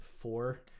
four